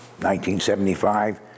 1975